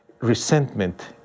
resentment